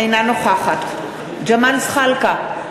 אינה נוכחת ג'מאל זחאלקה,